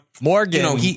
Morgan